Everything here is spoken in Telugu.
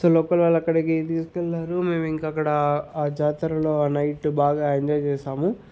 సో లోకల్ వాళ్ళు అక్కడికి తీసుకెళ్ళారు మేమింక అక్కడా ఆ జాతరలో ఆ నైటు బాగా ఎంజాయ్ చేశాము